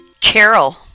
Carol